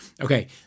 Okay